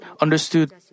understood